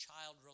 child